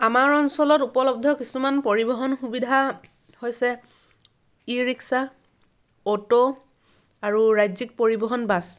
আমাৰ অঞ্চলত উপলব্ধ কিছুমান পৰিবহণ সুবিধা হৈছে ই ৰিক্সা অ'ট' আৰু ৰাজ্যিক পৰিবহণ বাছ